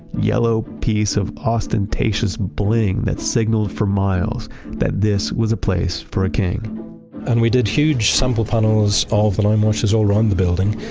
yellow piece of ostentatious bling that signaled for miles that this was a place for a king and we did huge sample panels, all of the lime wash is all around the building,